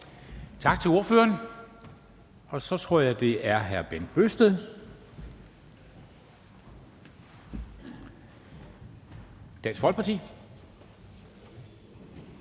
Tak til ordføreren. Så tror jeg, det er hr. Bent Bøgsted, Dansk Folkeparti.